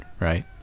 right